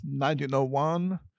1901